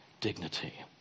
dignity